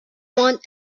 want